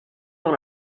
dans